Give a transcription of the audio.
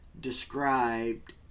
described